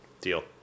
Deal